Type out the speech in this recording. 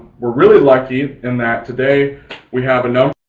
we're really lucky in that today we have a number.